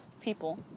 people